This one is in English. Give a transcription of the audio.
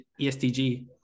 ESTG